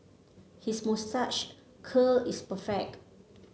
his moustache curl is perfect